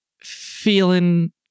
feeling